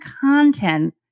content